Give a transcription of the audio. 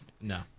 no